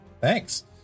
Thanks